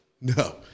no